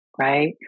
Right